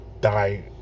die